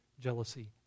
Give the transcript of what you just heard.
jealousy